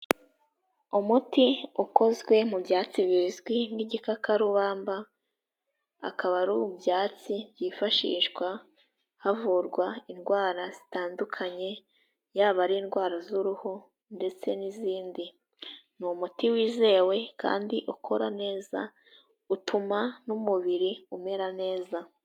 Umuti ukozwe mu byatsi bizwi nk'igikakarubamba, akaba ari ibyatsi byifashishwa havurwa indwara zitandukanye, yaba ari indwara z'uruhu ndetse n'izindi, ni umuti wizewe kandi ukora neza, utuma n'umubiri umera neza.